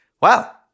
wow